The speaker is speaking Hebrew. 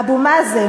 אבו מאזן,